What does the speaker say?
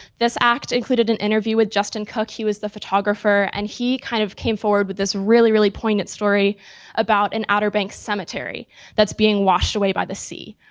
this act included an interview with justin cook. he was the photographer and he kind of came forward with this really, really poignant story about an outer bank cemetery that's being washed away by the sea.